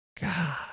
God